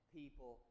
people